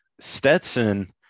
Stetson